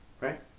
right